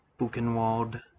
Buchenwald